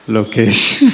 Location